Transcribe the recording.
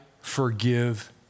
forgive